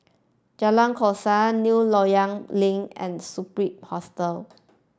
Jalan Koran New Loyang Link and Superb Hostel